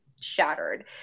shattered